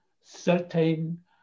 certain